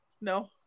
No